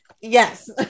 yes